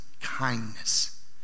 kindness